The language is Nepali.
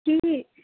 के